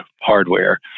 hardware